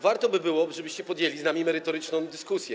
Warto by było, żebyście podjęli z nami merytoryczną dyskusję.